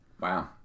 Wow